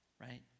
right